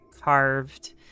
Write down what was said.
carved